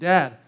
Dad